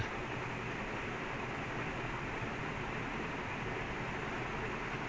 it's like he knows he's the [one] who's gonna carry the team like he legit like see the minute